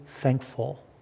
thankful